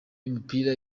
y’umupira